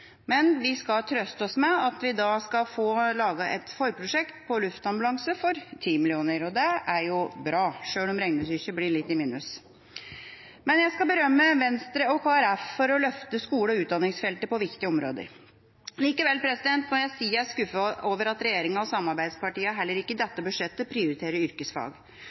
Men vi skal trøste oss med at vi skal få laget et forprosjekt på luftambulanse for 10 mill. kr, og det er jo bra, selv om regnestykket blir litt i minus. Men jeg skal berømme Venstre og Kristelig Folkeparti for å løfte skole- og utdanningsfeltet på viktige områder. Likevel må jeg si at jeg er skuffet over at regjeringa og samarbeidspartiene heller ikke i dette budsjettet prioriterer yrkesfag.